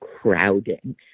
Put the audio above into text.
crowding